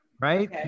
right